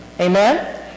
Amen